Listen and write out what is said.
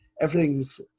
everything's